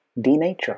denature